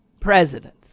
presidents